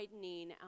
widening